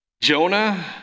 Jonah